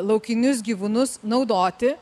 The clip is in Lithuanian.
laukinius gyvūnus naudoti